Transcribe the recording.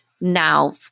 now